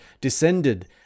descended